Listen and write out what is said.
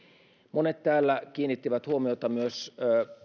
monet täällä kiinnittivät huomiota myös